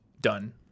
done